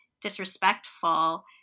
disrespectful